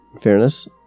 fairness